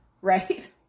right